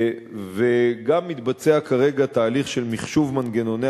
גם מתבצע כרגע תהליך של מחשוב מנגנוני